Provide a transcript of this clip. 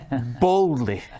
boldly